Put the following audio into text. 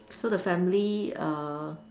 so the family err